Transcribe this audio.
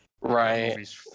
Right